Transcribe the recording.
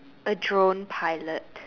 a drone pilot